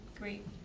Great